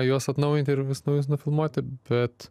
juos atnaujinti ir vis naujus nufilmuoti bet